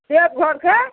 देवघरके